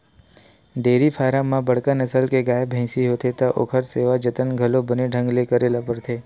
dairy farm म बड़का नसल के गाय, भइसी होथे त ओखर सेवा जतन घलो बने ढंग ले करे ल परथे